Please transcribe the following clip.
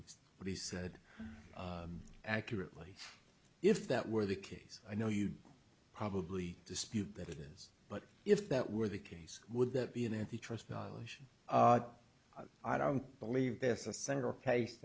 said what he said accurately if that were the case i know you'd probably dispute that it is but if that were the case would that be an antitrust violation i don't believe this a single case